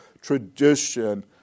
tradition